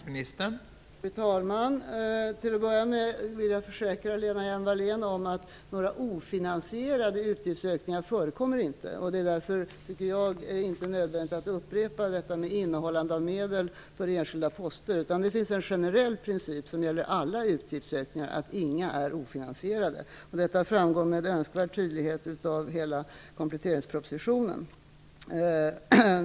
Fru talman! Till att börja med vill jag försäkra Lena Hjelm-Wallén att några ofinansierade utgiftsökningar inte förekommer. Därför tycker jag inte att det är nödvändigt att upprepa hur det förhåller sig med innehållande av medel för enskilda poster. Det finns en generell princip som gäller alla utgiftsökningar, att inga är ofinansierade. Detta framgår med önskvärd tydlighet av hela kompletteringspropositionen.